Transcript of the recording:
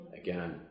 again